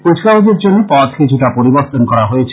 কুচকাওয়াজের জন্য পথ কিছুটা পরিবর্তন করা হয়েছে